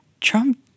Trump